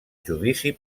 judici